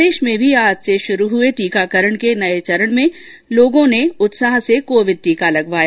प्रदेश में भी आज से शुरू हुए टीकाकरण के नये चरण में लोगों ने उत्साह से कोविड टीका लगवाया